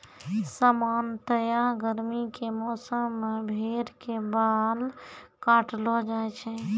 सामान्यतया गर्मी के मौसम मॅ भेड़ के बाल काटलो जाय छै